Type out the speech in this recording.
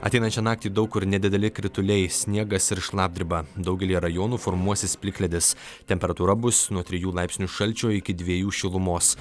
ateinančią naktį daug kur nedideli krituliai sniegas ir šlapdriba daugelyje rajonų formuosis plikledis temperatūra bus nuo trijų laipsnių šalčio iki dviejų šilumos